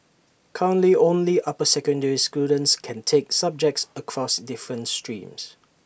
currently only upper secondary students can take subjects across different streams